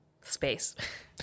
space